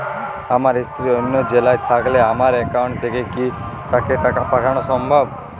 আমার স্ত্রী অন্য জেলায় থাকলে আমার অ্যাকাউন্ট থেকে কি তাকে টাকা পাঠানো সম্ভব?